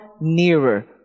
nearer